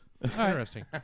Interesting